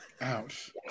Ouch